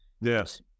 Yes